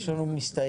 יש לנו מסתייגים?